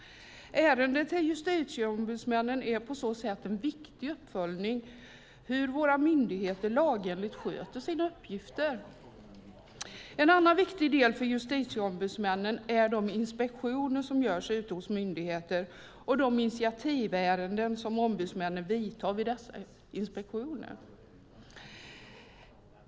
Ärenden till Justitieombudsmännen är på så sätt en viktig uppföljning av hur våra myndigheter lagenligt sköter sina uppgifter. En annan viktig del för Justitieombudsmännen är de inspektioner som görs ute hos myndigheter och de initiativärenden som ombudsmännen vidtar vid dessa inspektioner.